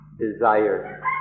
desire